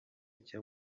cyo